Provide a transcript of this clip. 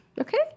Okay